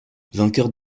vainqueurs